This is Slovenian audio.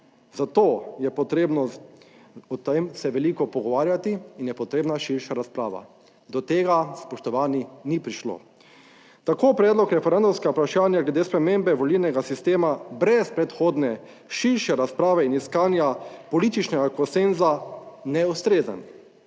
Zato je potrebno o tem se veliko pogovarjati in je potrebna širša razprava. Do tega, spoštovani, ni prišlo. Tako predlog referendumskega vprašanja glede spremembe volilnega sistema brez predhodne širše razprave in iskanja političnega konsenza neustrezen.